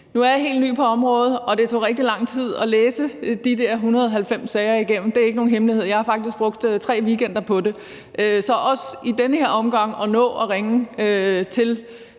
nu er jeg helt ny på området, og at det tog rigtig lang tid at læse de der 190 sager igennem. Det er ikke nogen hemmelighed, at jeg faktisk har brugt tre weekender på det. Så også i den her omgang at nå at ringe til